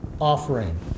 offering